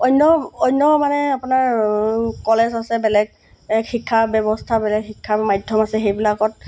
অন্য অন্য মানে আপোনাৰ কলেজ আছে বেলেগ শিক্ষা ব্যৱস্থা বেলেগ শিক্ষাৰ মাধ্যম আছে সেইবিলাকত